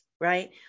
right